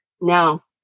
now